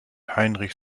heinrich